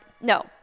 No